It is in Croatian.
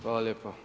Hvala lijepa.